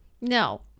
no